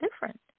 different